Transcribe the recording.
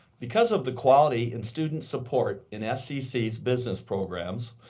because of the quality and student support in scc's business programs,